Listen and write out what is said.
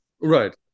Right